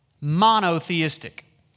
monotheistic